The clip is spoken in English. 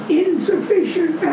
insufficient